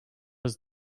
was